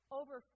over